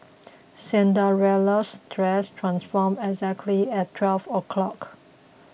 Cinderella's dress transformed exactly at twelve o'clock